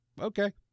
Okay